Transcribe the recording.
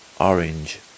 Orange